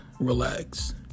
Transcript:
relax